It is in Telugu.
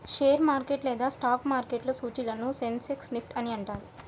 షేర్ మార్కెట్ లేదా స్టాక్ మార్కెట్లో సూచీలను సెన్సెక్స్, నిఫ్టీ అని అంటారు